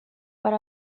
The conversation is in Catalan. per